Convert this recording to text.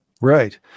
Right